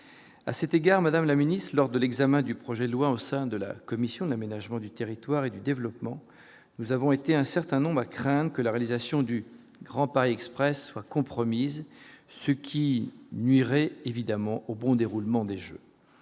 à cet égard, Madame la Ministre, lors de l'examen du projet de loi au sein de la commission de l'aménagement du territoire et du développement, nous avons été un certain nombre, la crainte que la réalisation du Grand Paris Express soit compromise, ce qui nuirait évidemment au bon déroulement des Jeux,